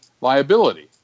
liability